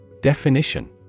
Definition